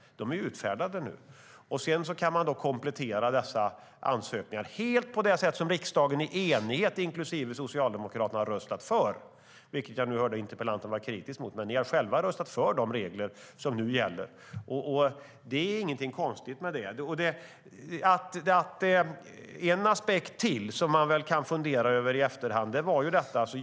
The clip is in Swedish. De är nu utfärdade. Man kan komplettera dessa på det sätt som en enig riksdag, inklusive Socialdemokraterna, har röstat för, vilket jag hörde att interpellanten var kritisk mot. Men ni har själva röstat för de regler som gäller. Det är ingenting konstigt med det. Det är en aspekt till som man kan fundera över i efterhand.